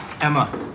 Emma